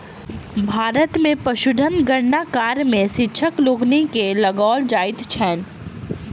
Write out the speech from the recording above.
भारत मे पशुधन गणना कार्य मे शिक्षक लोकनि के लगाओल जाइत छैन